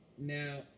now